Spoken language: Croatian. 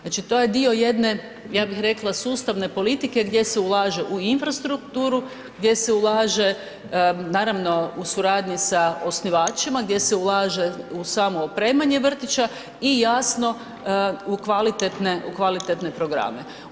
Znači to je dio jedne, ja bih rekla sustavne politike gdje se ulaže u infrastrukturu, gdje se ulaže naravno u suradnji sa osnivačima, gdje se ulaže u samo opremanje vrtića i jasno u kvalitetne, u kvalitetne programe.